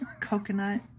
Coconut